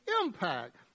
impact